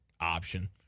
option